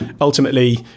ultimately